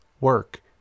work